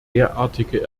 derartige